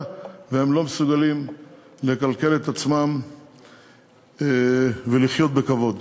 והם לא מסוגלים לכּלכל את עצמם ולחיות בכבוד.